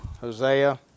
Hosea